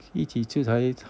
一起住才